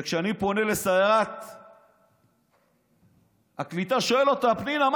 וכשאני פונה לשרת הקליטה ושואל אותה: פנינה,